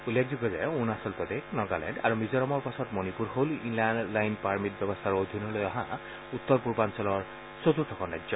উল্লেখযোগ্য যে অৰুণাচল প্ৰদেশ নাগালেণ্ড আৰু মিজোৰামৰ পাছত মণিপুৰ হল ইনাৰ লাইন পাৰ্মিট ব্যৱস্থাৰ অধীনলৈ অহা উত্তৰ পূবৰ চতূৰ্থখন ৰাজ্য